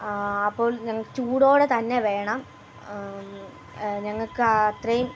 ആ അപ്പോൾ ഞങ്ങൾക്ക് ചൂടോടെ തന്നെ വേണം ഞങ്ങൾക്ക് അത്രയും